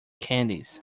candies